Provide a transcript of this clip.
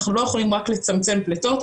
אנחנו לא יכולים רק לצמצם פליטות,